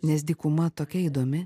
nes dykuma tokia įdomi